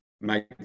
make